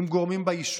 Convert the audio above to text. עם גורמים ביישוב,